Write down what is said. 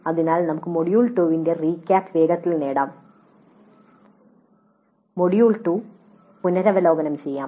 അതിനാൽ നമുക്ക് മൊഡ്യൂൾ 2 ന്റെ റീക്യാപ്പ് വേഗത്തിൽ നേടാം മൊഡ്യൂൾ 2 പുനരവലോകനം ചെയ്യാം